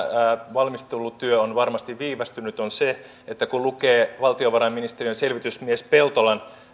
valmistelutyö on varmasti viivästynyt on se että kun lukee valtiovarainministeriön selvitysmies peltolan